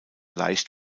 leicht